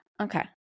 Okay